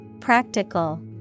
Practical